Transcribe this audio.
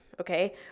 Okay